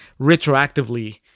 retroactively